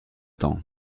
temps